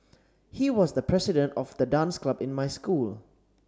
he was the president of the dance club in my school